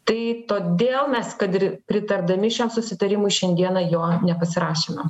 tai todėl mes kad ir pritardami šiam susitarimui šiandieną jo nepasirašėme